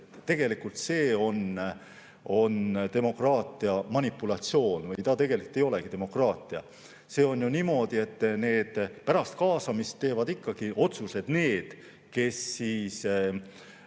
arvamusi, on demokraatia manipulatsioon. Või see tegelikult ei olegi demokraatia. See on ju niimoodi, et pärast kaasamist teevad ikkagi otsuseid need, kes tahavad